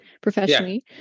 professionally